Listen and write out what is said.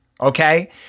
Okay